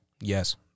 Yes